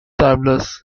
travellers